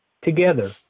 Together